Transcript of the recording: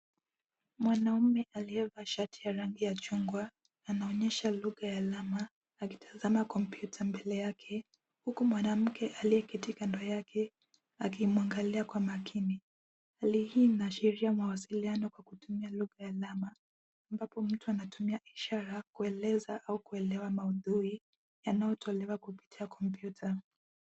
Mwanaume aliyevaa shati la rangi ya chungwa anaonyesha lugha ya alama huku akitazama kompyuta mtandaoni yake, na mwanamke aliyeketi kando yake akimwangalia kwa makini. Hali hii inaashiria mawasiliano yanayotumia lugha ya alama, ambapo mtu hutumia ishara kueleza au kuelewa maudhui yanayotolewa kupitia kompyuta.